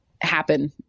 happen